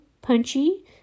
Punchy